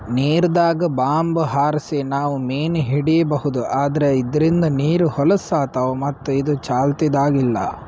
ನೀರ್ದಾಗ್ bomb ಹಾರ್ಸಿ ನಾವ್ ಮೀನ್ ಹಿಡೀಬಹುದ್ ಆದ್ರ ಇದ್ರಿಂದ್ ನೀರ್ ಹೊಲಸ್ ಆತವ್ ಮತ್ತ್ ಇದು ಚಾಲ್ತಿದಾಗ್ ಇಲ್ಲಾ